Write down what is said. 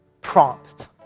prompt